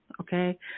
okay